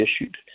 issued